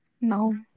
No